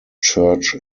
church